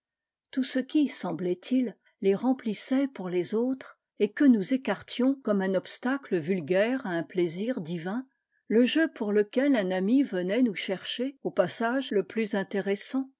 tout ce qui semblait-il les remplissait pour les autres et que nous écartions comme un obstacle vulgaire à un plaisir divin le jeu pour lequel un ami venait nous chercher au passage le plus intéressant